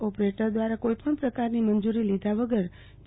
ઓપરેટરો દ્વારા કોઇપણ પ્રકારની મંજુરી લીધા વગર પી